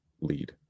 lead